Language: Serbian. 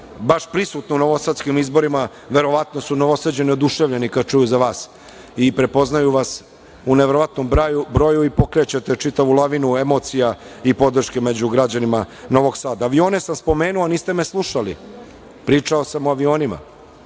baš prisutno na novosadskim izborima. Verovatno su Novosađani oduševljeni kada čuju za vas i prepoznaju vas u neverovatnom broju i pokrećete čitavu lavinu emocija i podrške među građanima Novog Sada. Avione sam spomenuo, ali niste me slušali. Pričao sam o avionima